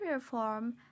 form